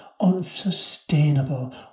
unsustainable